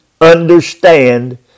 understand